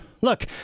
look